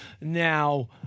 now